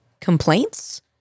complaints